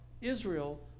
Israel